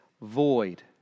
void